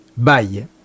Bye